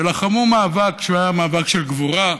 שלחמו מאבק שהיה מאבק של גבורה,